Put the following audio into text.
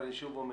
ואני שוב אומר: